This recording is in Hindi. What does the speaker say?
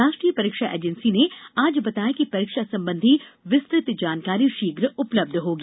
राष्ट्रीय परीक्षा एजेंसी ने आज बताया कि परीक्षा संबंधी विस्तृत जानकारी शीघ्र उपलब्ध होगी